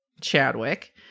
Chadwick